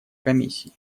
комиссии